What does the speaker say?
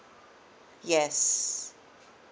yes